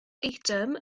eitem